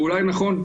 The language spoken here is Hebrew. ואולי נכון,